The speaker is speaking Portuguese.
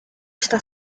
está